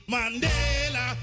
Mandela